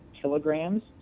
kilograms